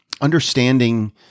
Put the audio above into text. understanding